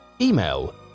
Email